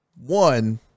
one